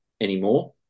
anymore